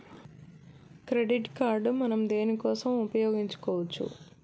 Credit card మనం దేనికోసం ఉపయోగించుకోవచ్చు?